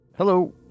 Hello